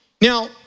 Now